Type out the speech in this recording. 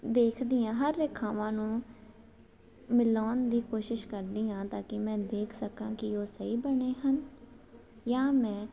ਦੇਖਦੀ ਹਾਂ ਹਰ ਰੇਖਾਵਾਂ ਨੂੰ ਮਿਲਾਉਣ ਦੀ ਕੋਸ਼ਿਸ਼ ਕਰਦੀ ਹਾਂ ਤਾਂ ਕਿ ਮੈਂ ਦੇਖ ਸਕਾਂ ਕਿ ਉਹ ਸਹੀ ਬਣੇ ਹਨ ਜਾਂ ਮੈਂ